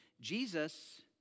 Jesus